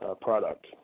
product